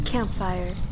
Campfire